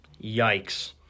Yikes